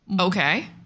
Okay